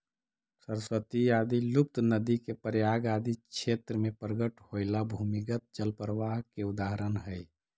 सरस्वती आदि लुप्त नदि के प्रयाग आदि क्षेत्र में प्रकट होएला भूमिगत जल प्रवाह के उदाहरण हई